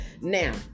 Now